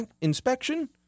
inspection